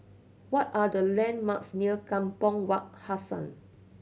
what are the landmarks near Kampong Wak Hassan